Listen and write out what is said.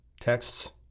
Texts